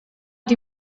die